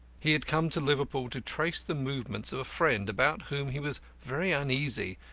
he had come to liverpool to trace the movements of a friend about whom he was very uneasy,